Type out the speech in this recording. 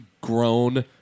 grown